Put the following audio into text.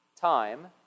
time